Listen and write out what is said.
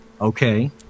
Okay